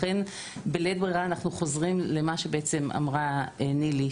לכן בלית ברירה אנחנו חוזרים למה שבעצם אמרה נילי,